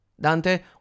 Dante